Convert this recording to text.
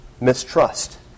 Mistrust